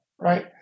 right